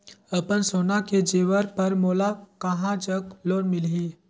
अपन सोना के जेवर पर मोला कहां जग लोन मिलही?